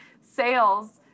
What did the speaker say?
Sales